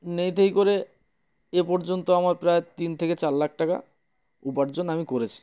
নেই তেই করে এ পর্যন্ত আমার প্রায় তিন থেকে চার লাখ টাকা উপার্জন আমি করেছি